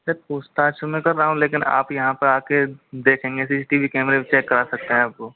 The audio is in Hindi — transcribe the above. सर पूछताछ तो मैं कर रहा हूँ लेकिन आप यहाँ पर आ के देखेंगे सी सी टी वी कैमरे भी चेक करा सकते हैं आपको